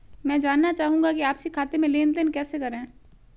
मैं जानना चाहूँगा कि आपसी खाते में लेनदेन कैसे करें?